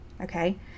okay